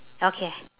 okay